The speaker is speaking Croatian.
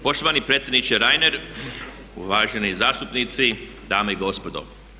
Poštovani predsjedniče Reiner, uvaženi zastupnici, dame i gospodo.